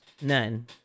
None